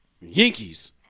Yankees